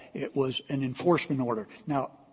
it was an enforcement order. now,